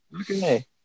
Okay